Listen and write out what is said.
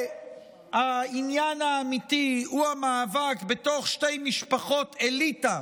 והעניין האמיתי הוא המאבק בתוך שתי משפחות אליטה